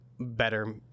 Better